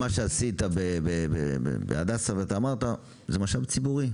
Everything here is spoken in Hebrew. מה שאתה עשית בהדסה הוא משאב ציבורי.